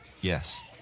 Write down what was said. Yes